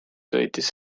sõitis